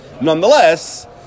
Nonetheless